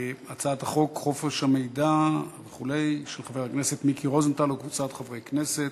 הצעת חוק חופש המידע וכו' של חבר הכנסת מיקי רוזנטל וקבוצת חברי הכנסת,